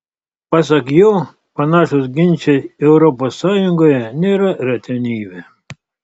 pasak jo panašūs ginčai europos sąjungoje nėra retenybė